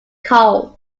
called